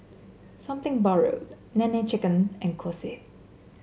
Something Borrowed Nene Chicken and Kose